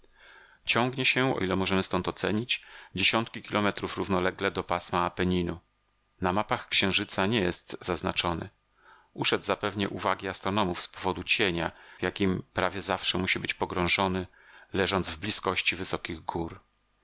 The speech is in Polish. ciągnie się o ile możemy stąd ocenić dziesiątki kilometrów równolegle do pasma apeninu na mapach księżyca nie jest zaznaczony uszedł zapewne uwagi astronomów z powodu cienia w jakim prawie zawsze musi być pogrążony leżąc w blizkości wysokich gór